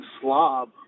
slob